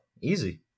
easy